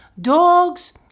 dogs